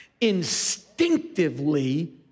Instinctively